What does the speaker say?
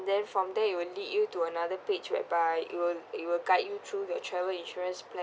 then from there it will lead you to another page whereby it will it will guide you through your travel insurance plan